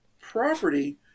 property